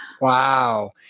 Wow